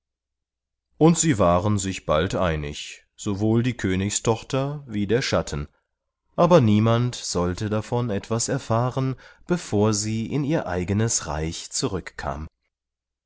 und sie waren bald einig sowohl die königstochter wie der schatten aber niemand sollte davon etwas erfahren bevor sie in ihr eigenes reich zurück